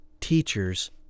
teachers